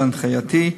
בהנחייתי,